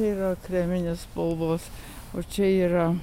yra kreminės spalvos o čia yra